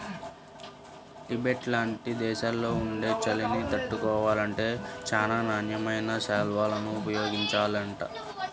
Tibet లాంటి దేశాల్లో ఉండే చలిని తట్టుకోవాలంటే చానా నాణ్యమైన శాల్వాలను ఉపయోగించాలంట